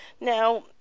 now